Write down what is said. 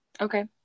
Okay